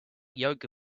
yoga